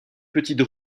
petites